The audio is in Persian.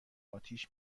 آتیش